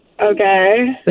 okay